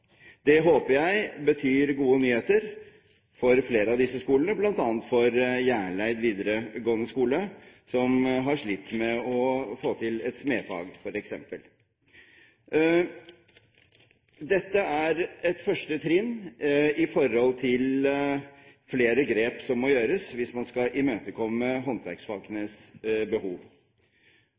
Det håper jeg betyr gode nyheter for flere av disse skolene, bl.a. for Hjerleid videregående skole som har slitt med å få til et smedfag, f.eks. Dette er et første trinn i forhold til flere grep som må tas hvis man skal imøtekomme håndverksfagenes behov.